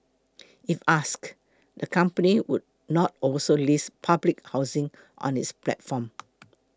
if asked the company would not also list public housing on its platform